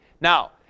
Now